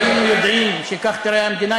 אם היינו יודעים שכך תיראה המדינה,